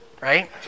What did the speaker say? right